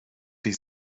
die